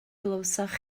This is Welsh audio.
glywsoch